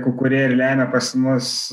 ku kurie lemia pas mus